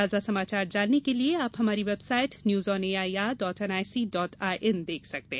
ताजा समाचार जानने के लिए आप हमारी website news on A I R dot N I C dot I N देख सकते हैं